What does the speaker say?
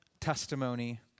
testimony